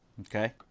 Okay